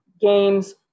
games